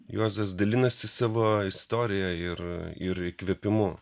juozas dalinasi savo istorija ir ir įkvėpimu